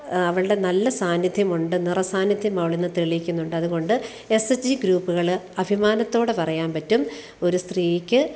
അവളുടെ നല്ല സാന്നിധ്യം കൊണ്ട് നിറസാന്നിധ്യം അവളിന്ന് തെളിയിക്കുന്നുണ്ട് അതുകൊണ്ട് എസ് എസ് ജി ഗ്രൂപ്പുകൾ അഭിമാനത്തോടെ പറയാൻ പറ്റും ഒരു സ്ത്രീയ്ക്ക്